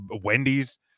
Wendy's